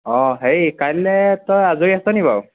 অঁ হেৰি কাইলৈ তই আজৰি আছ নি বাৰু